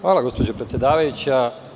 Hvala, gospođo predsedavajuća.